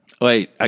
Wait